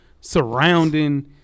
surrounding